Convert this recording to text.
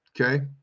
Okay